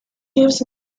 gives